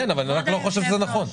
אני לא חושב שזה נכון.